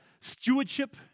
stewardship